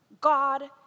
God